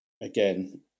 Again